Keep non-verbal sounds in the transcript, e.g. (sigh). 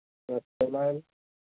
(unintelligible)